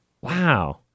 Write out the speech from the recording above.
Wow